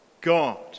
God